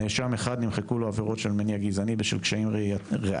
נאשם אחד נמחקו לו עבירות של מניע גזעני בשל קשיים ראייתיים